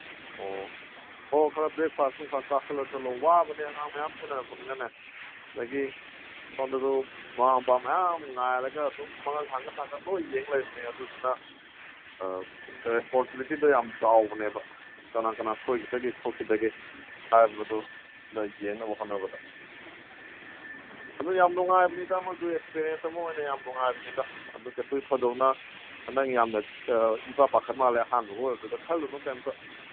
ꯑꯣ ꯑꯣ ꯈꯔ ꯕ꯭ꯔꯦꯛꯐꯥꯁ ꯅꯨꯡꯐꯥꯁ ꯆꯥꯁꯜꯂ ꯆꯠꯂꯣ ꯋꯥꯕꯅꯦ ꯑꯉꯥꯡ ꯃꯌꯥꯝ ꯁꯦꯟꯅꯔꯛꯄꯅꯤꯅꯅꯦ ꯑꯗꯒꯤ ꯁꯣꯝꯗꯁꯨ ꯃꯃꯥ ꯃꯄꯥ ꯃꯌꯥꯝ ꯉꯥꯏꯔꯒ ꯑꯗꯨꯝ ꯃꯉꯛ ꯊꯥꯡꯒꯠ ꯊꯥꯡꯒꯠ ꯂꯣꯏ ꯌꯦꯡ ꯂꯩꯕꯅꯦ ꯑꯗꯨꯗꯨꯅ ꯔꯦꯁꯄꯣꯟꯁꯤꯕꯤꯂꯤꯇꯤꯗꯣ ꯌꯥꯝ ꯆꯥꯎꯕꯅꯦꯕ ꯀꯅꯥ ꯀꯅꯥ ꯁꯣꯏꯒꯤꯗꯒꯦ ꯈꯣꯠꯈꯤꯗꯒꯦ ꯍꯥꯏꯕꯗꯨꯗ ꯌꯦꯡꯅꯕ ꯍꯣꯠꯅꯕꯗ ꯑꯗꯨ ꯌꯥꯝ ꯅꯨꯡꯉꯥꯏꯕꯅꯤꯗ ꯑꯃꯁꯨ ꯑꯦꯛꯁꯄꯔꯤꯌꯦꯟꯁ ꯑꯃ ꯑꯣꯏꯅ ꯌꯥꯝ ꯅꯨꯡꯉꯥꯏꯕꯅꯤꯗꯑꯗꯨ ꯀꯩꯁꯨ ꯊꯣꯏꯗꯣꯛꯅ ꯅꯪ ꯌꯥꯝꯅ ꯏꯄꯥ ꯄꯥꯈꯠ ꯃꯥꯜꯂꯦ ꯑꯍꯥꯟꯕꯒ ꯑꯣꯏꯕꯗꯨꯗ ꯈꯜꯂꯨꯅꯨ ꯀꯩꯝꯇ